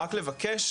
רק לבקש,